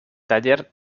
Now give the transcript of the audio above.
taller